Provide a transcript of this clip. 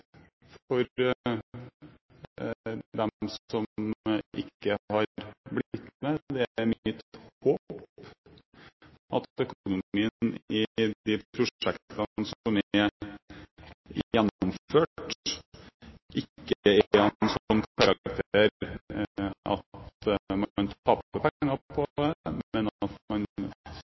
for dem som ikke har blitt med. Det er mitt håp at økonomien i de prosjektene som er gjennomført, ikke er av en slik karakter at man taper penger på dem, men at man